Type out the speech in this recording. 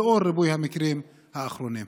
לנוכח ריבוי המקרים לאחרונה.